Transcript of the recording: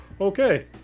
okay